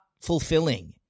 fulfilling